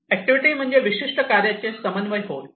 activity म्हणजे विशिष्ट कार्यांचे समन्वय होय